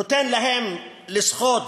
נותן להם לשחות,